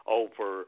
over